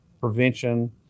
prevention